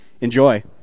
enjoy